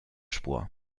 spur